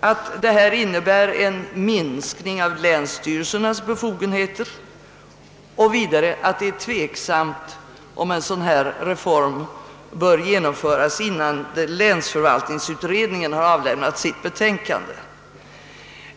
att detta innebär en minskning av länsstyrelsernas befogenheter och vidare att det är tveksamt, om en sådan reform bör genomföras innan länsförvaltningsutredningen har avlämnat sitt betänkande.